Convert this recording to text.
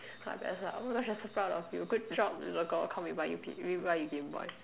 so my parents were oh we're so proud of you good job little girl come we buy you P we buy you game boy